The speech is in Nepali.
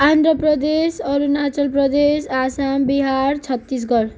आन्ध्र प्रदेश अरुणाचल प्रदेश आसाम बिहार छत्तीसगढ